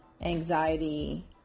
anxiety